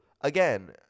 again